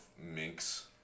mink's